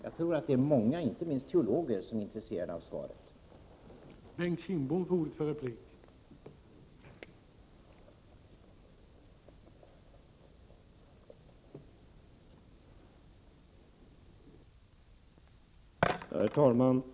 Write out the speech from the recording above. Jag tror att många, inte minst teologer, är intresserade av ett svar på dessa frågor.